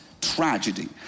Tragedy